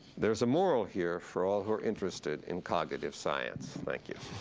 there is a moral here for all who are interested in cognitive science. thank you.